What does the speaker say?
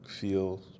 feel